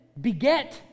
beget